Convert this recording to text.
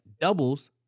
doubles